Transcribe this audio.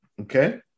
Okay